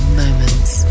moments